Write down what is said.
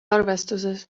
arvestuses